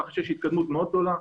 יש התקדמות מאוד גדולה.